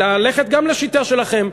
ללכת גם לשיטה שלכם,